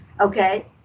Okay